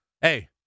Hey